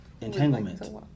Entanglement